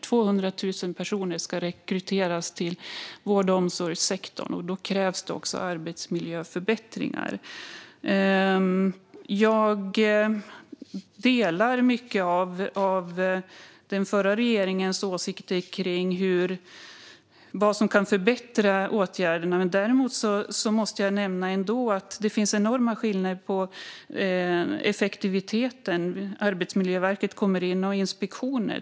Man ska rekrytera 200 000 personer till vård och omsorgssektorn, och då krävs arbetsmiljöförbättringar. Jag delar mycket av den förra regeringens åsikter om vad som kan förbättra åtgärderna. Däremot måste jag ändå nämna att det finns enorma skillnader i effektivitet när det gäller Arbetsmiljöverkets inspektioner.